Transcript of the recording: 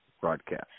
broadcast